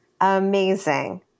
Amazing